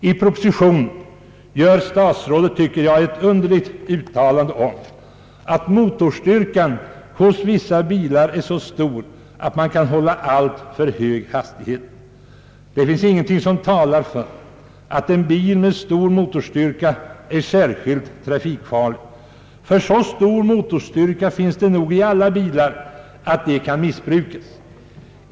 I propositionen gör statsrådet ett underligt uttalande om att motorstyrkan hos vissa bilar är så stor, att man kan hålla alltför hög hastighet. Intet talar för att en bil med stor motorstyrka är särskilt trafikfarlig, ty så stor motorstyrka finns det nog i alla bilar att den kan missbrukas.